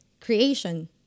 creation